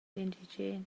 indigens